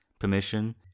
permission